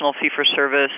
fee-for-service